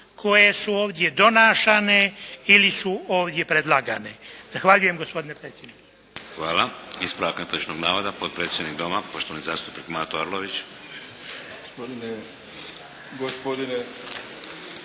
koje su ovdje donašane ili su ovdje predlagane. Zahvaljujem gospodine predsjedniče. **Šeks, Vladimir (HDZ)** Hvala. Ispravak netočnog navoda potpredsjednik Doma, poštovani zastupnik Mato Arlović.